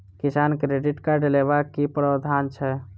किसान credit card लेबाक की प्रावधान छै?